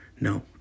No